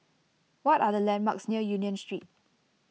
what are the landmarks near Union Street